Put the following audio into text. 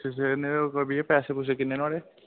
अच्छा अच्छा भैया पैसे पूसे किन्ने नहाड़े